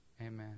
Amen